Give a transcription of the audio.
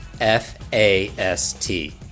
F-A-S-T